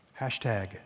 Hashtag